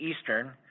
Eastern